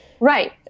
Right